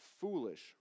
foolish